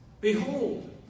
Behold